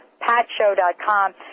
patshow.com